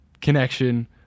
connection